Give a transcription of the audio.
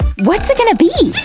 what's it gonna be?